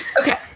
Okay